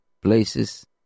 Places